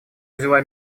взяла